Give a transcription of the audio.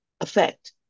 effect